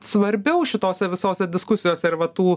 svarbiau šitose visose diskusijose ar va tų